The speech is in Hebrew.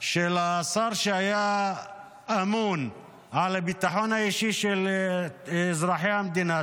של השר שהיה אמון על הביטחון האישי של אזרחי המדינה,